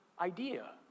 idea